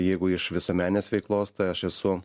jeigu iš visuomeninės veiklos tai aš esu